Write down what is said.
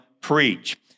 preach